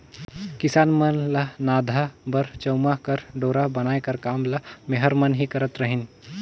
किसान मन ल नाधा बर चमउा कर डोरा बनाए कर काम ल मेहर मन ही करत रहिन